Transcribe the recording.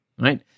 right